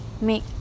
make